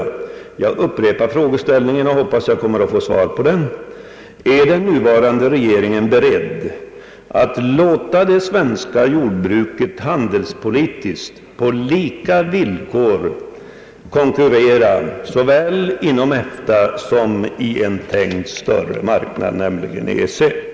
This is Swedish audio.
Jag upprepar frågan och hoppas att få svar på den: Är den nuvarande regeringen beredd att låta det svenska jordbruket handelspolitiskt på lika villkor konkurrera såväl inom EFTA som inom en ännu större marknad, nämligen EEC?